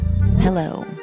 hello